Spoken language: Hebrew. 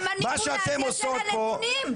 זה מניפולציה של הנתונים.